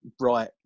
right